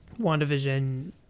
WandaVision